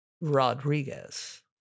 Rodriguez